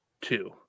two